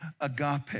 agape